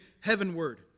heavenward